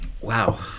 Wow